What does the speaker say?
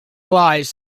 lies